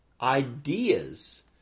ideas